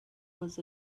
was